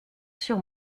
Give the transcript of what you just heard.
sur